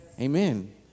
Amen